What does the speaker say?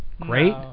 great